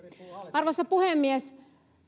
arvoisa puhemies